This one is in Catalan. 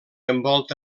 envolta